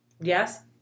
Yes